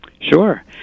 Sure